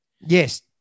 Yes